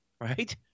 right